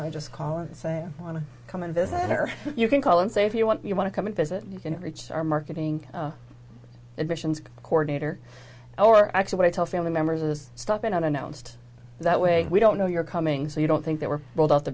i just call and say i want to come and visit or you can call and say if you want you want to come and visit you can reach our marketing admissions coordinator or actually what i tell family members is stop in unannounced that way we don't know you're coming so you don't think they were rolled out the